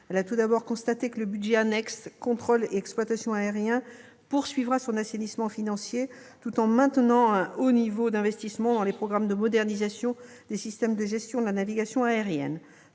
Elle a tout d'abord constaté que le budget annexe « Contrôle et exploitation aériens » poursuivra son assainissement financier, tout en maintenant un haut niveau d'investissements dans les programmes de modernisation des systèmes de gestion de la navigation aérienne.